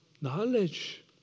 Knowledge